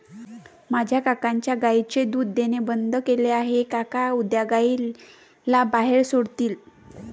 माझ्या काकांच्या गायीने दूध देणे बंद केले आहे, काका उद्या गायीला बाहेर सोडतील